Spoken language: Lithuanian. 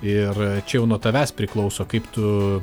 ir čia jau nuo tavęs priklauso kaip tu